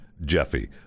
Jeffy